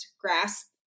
grasp